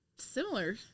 similar